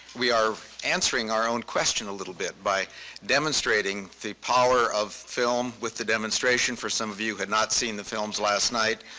we are answering our own question a little bit by demonstrating the power of film with the demonstration for some of you who had not seen the films last night.